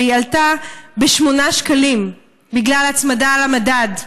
והיא עלתה ב-8 שקלים בגלל הצמדה למדד.